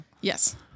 Yes